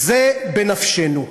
זה בנפשנו.